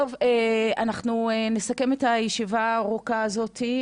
אנחנו נסכם את הישיבה הארוכה הזאת.